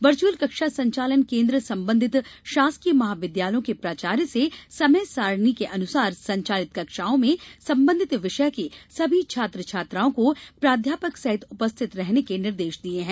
virtual कक्षा संचालन केन्द्र संबंधित शासकीय महाविद्यालय के प्राचार्य से समय सारणी के अनुसार संचालित कक्षाओं में संबंधित विषय के सभी छात्र छात्राओं को प्राध्यापक सहित उपस्थित रहने के निर्देश दिये हैं